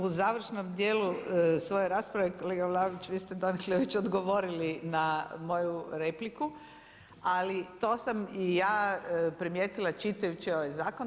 U završnom dijelu svoje rasprave, kolega Vlaović vi ste dakle već odgovorili na moju repliku ali to sam i ja primijetila čitajući ovaj zakon.